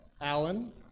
Alan